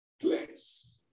place